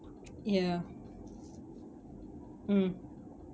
ya mm